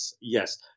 Yes